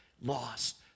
lost